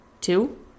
two